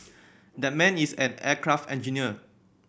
that man is an aircraft engineer